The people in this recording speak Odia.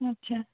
ଆଚ୍ଛା